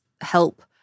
help